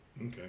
Okay